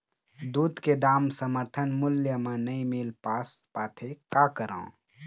दूध के दाम समर्थन मूल्य म नई मील पास पाथे, का करों?